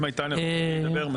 אם הייתה נכונות להידבר,